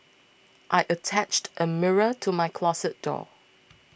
I attached a mirror to my closet door